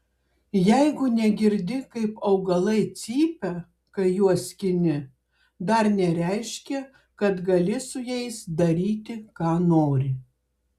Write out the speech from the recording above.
jeigu negirdi kaip augalai cypia kai juos skini dar nereiškia kad gali su jais daryti ką nori